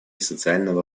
социального